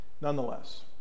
Nonetheless